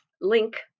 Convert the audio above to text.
link